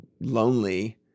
lonely